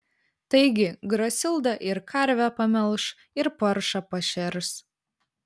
taigi grasilda ir karvę pamelš ir paršą pašers